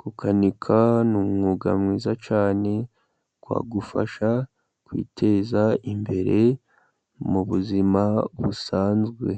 Gukanika ni umwuga mwiza cyane wagufasha kwiteza imbere mu buzima busanzwe.